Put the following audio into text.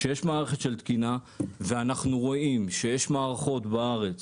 כשיש מערכת של תקינה ואנחנו רואים שיש מערכות בארץ